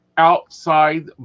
outside